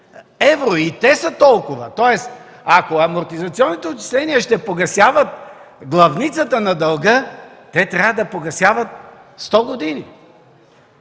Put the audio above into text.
евро. И те са толкова. Тоест, ако амортизационните отчисления ще погасяват главницата на дълга, те трябва да погасяват сто години.